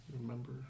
Remember